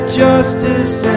justice